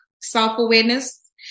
self-awareness